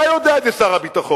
אתה יודע את זה, שר הביטחון.